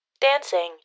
dancing